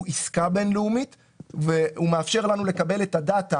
עסקה בינלאומית והוא מאפשר לנו לקבל את הדאטה